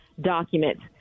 documents